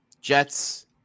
Jets